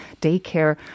daycare